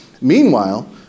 Meanwhile